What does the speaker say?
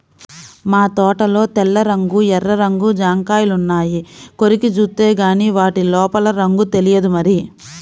మా తోటలో తెల్ల రంగు, ఎర్ర రంగు జాంకాయలున్నాయి, కొరికి జూత్తేగానీ వాటి లోపల రంగు తెలియదు మరి